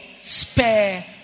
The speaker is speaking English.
Spare